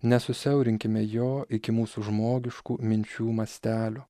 nesusiaurinkime jo iki mūsų žmogiškų minčių mastelio